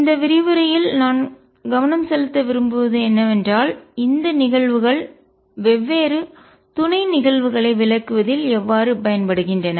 இந்த விரிவுரையில் நான் கவனம் செலுத்த விரும்புவது என்னவென்றால் இந்த நிகழ்வுகள் வெவ்வேறு துணை நிகழ்வுகளை விளக்குவதில் எவ்வாறு பயன்படுத்தப்படுகின்றன